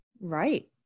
Right